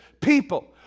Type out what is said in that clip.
people